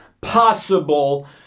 possible